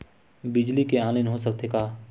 बिजली के ऑनलाइन हो सकथे का?